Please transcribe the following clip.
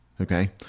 okay